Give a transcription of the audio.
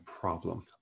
problem